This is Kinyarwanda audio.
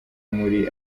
muri